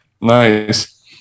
Nice